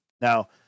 Now